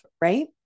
right